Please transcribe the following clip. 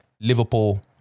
Liverpool